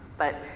but